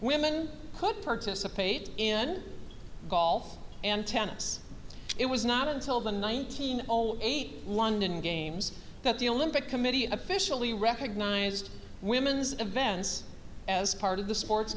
women could participate in golf and tennis it was not until the nineteen zero eight london games that the olympic committee officially recognized women's events as part of the sports